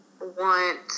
want